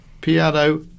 piano